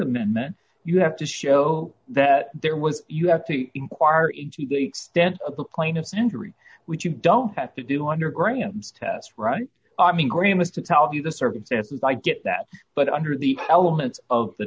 amendment you have to show that there was you have to inquire into the extent of the plaintiff injury which you don't have to do under graham's test right i mean agreement to tell you the circumstances i get that but under the elements of the